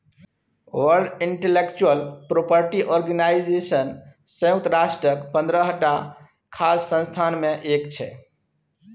world Intellectual Property Organization संयुक्त राष्ट्रक पंद्रहटा खास संस्था मे एक छै